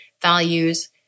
values